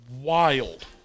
wild